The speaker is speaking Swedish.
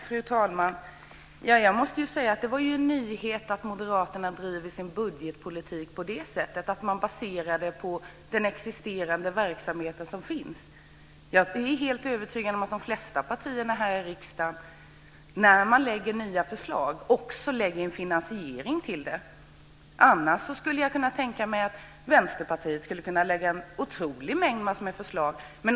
Fru talman! Jag måste säga att det var en nyhet att Moderaterna driver sin budgetpolitik på det sättet att man baserar den på den existerande verksamheten. Jag är helt övertygad om att de flesta partier här i riksdagen när de lägger fram nya förslag också lägger fram en finansiering av dem. Annars skulle jag kunna tänka mig att Vänsterpartiet skulle kunna lägga fram en otrolig mängd förslag.